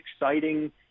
exciting